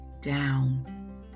down